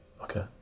Okay